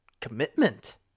commitment